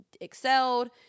Excelled